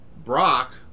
Brock